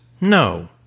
No